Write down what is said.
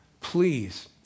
Please